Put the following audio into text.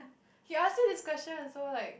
he ask you this question so like